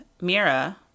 Mira